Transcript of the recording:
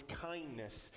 kindness